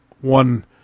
one